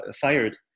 fired